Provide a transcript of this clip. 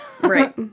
Right